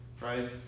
right